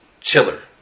chiller